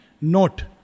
note